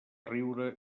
riure